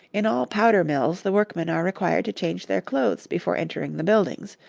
in all powder-mills the workmen are required to change their clothes before entering the buildings,